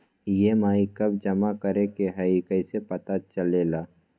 EMI कव जमा करेके हई कैसे पता चलेला?